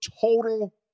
total